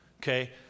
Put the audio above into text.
okay